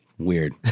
Weird